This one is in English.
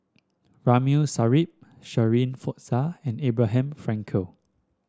Ramli Sarip Shirin Fozdar and Abraham Frankel